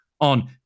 on